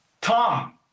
Tom